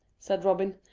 said robin.